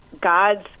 God's